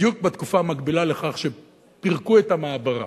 בדיוק בתקופה המקבילה לכך שפירקו את המעברה.